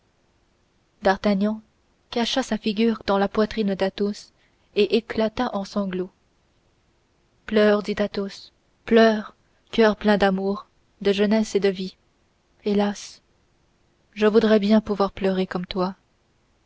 d'artagnan cacha sa figure dans la poitrine d'athos et éclata en sanglots pleure dit athos pleure coeur plein d'amour de jeunesse et de vie hélas je voudrais bien pouvoir pleurer comme toi